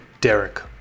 Derek